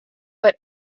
but